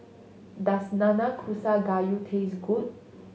does Nanakusa Gayu taste good